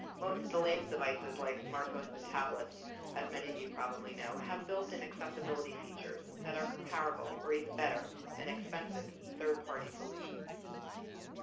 most of the latest devices like smartphones and tablets as many of you probably know have built-in accessibility features that are comparable or even better than expensive third-party solutions.